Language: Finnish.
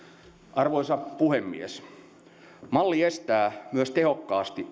arvoisa puhemies malli estää myös tehokkaasti